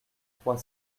trois